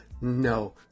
no